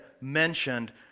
mentioned